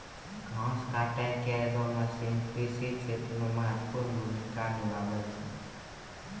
घास काटै केरो मसीन कृषि क्षेत्र मे महत्वपूर्ण भूमिका निभावै छै